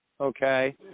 Okay